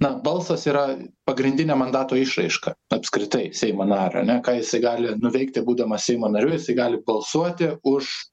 na balsas yra pagrindinė mandato išraiška apskritai seimo nario ane ką jisai gali nuveikti būdamas seimo nariu jisai gali balsuoti už